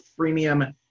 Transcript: freemium